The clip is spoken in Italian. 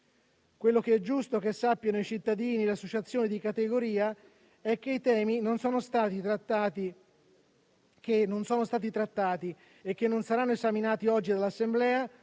Quello che è giusto che sappiano i cittadini e le associazioni di categoria è che i temi che non sono stati trattati e che non saranno esaminati oggi dall'Assemblea